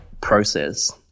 process